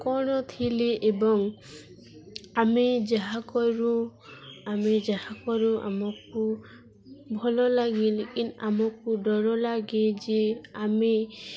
କ'ଣ ଥିଲି ଏବଂ ଆମେ ଯାହା କରୁ ଆମେ ଯାହା କରୁ ଆମକୁ ଭଲ ଲାଗେ ଲେକନ୍ ଆମକୁ ଡର ଲାଗେ ଯେ ଆମେ